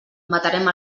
matarem